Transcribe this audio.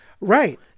right